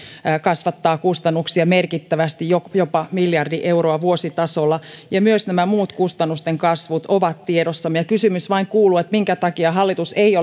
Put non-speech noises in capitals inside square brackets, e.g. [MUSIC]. kasvattaa kustannuksia merkittävästi jopa miljardi euroa vuositasolla ja myös nämä muut kustannusten kasvut ovat tiedossamme kysymys kuuluu minkä takia hallitus ei [UNINTELLIGIBLE]